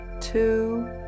two